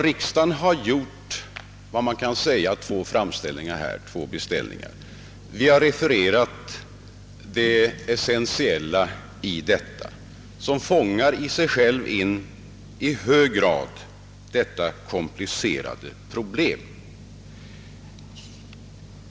Riksdagen har gjort två framställningar. Vi har refererat det väsentliga i dessa, vilka i sig själva fångar in detta i hög grad komplicerade problem.